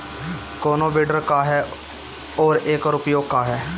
कोनो विडर का ह अउर एकर उपयोग का ह?